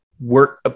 work